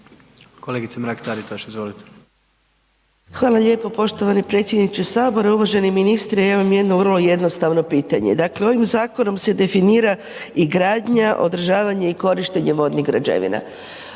izvolite. **Mrak-Taritaš, Anka (GLAS)** Hvala lijepo poštovani predsjedniče Sabora, uvaženi ministre. Ja imam jedno vrlo jednostavno pitanje. Dakle, ovim zakonom se definira i gradnja, održavanje i korištenje vodnih građevina.